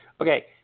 Okay